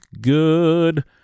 good